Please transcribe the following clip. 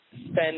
spend